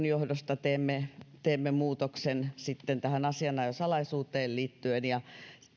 johdosta teemme teemme muutoksen tähän asianajosalaisuuteen liittyen ja